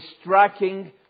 striking